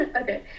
okay